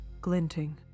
glinting